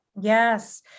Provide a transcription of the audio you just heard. Yes